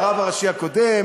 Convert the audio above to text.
עובדה,